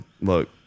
look